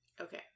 Okay